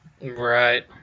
Right